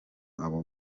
abo